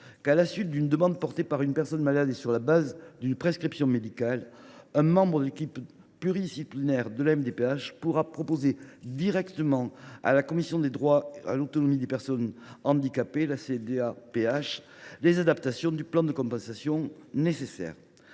que, à la suite d’une demande portée par une personne malade et sur la base d’une prescription médicale, un membre de l’équipe pluridisciplinaire de la MDPH pourra proposer directement à la commission des droits et de l’autonomie des personnes handicapées, les adaptations du plan personnalisé de compensation nécessaires.